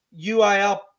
UIL